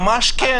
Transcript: ממש כן.